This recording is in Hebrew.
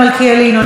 אינו נוכח,